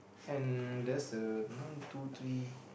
and there's a one two three